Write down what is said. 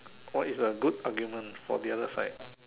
or is a good argument for the other side